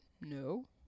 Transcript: No